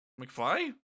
McFly